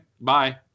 bye